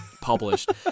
published